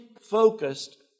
focused